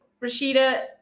rashida